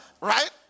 right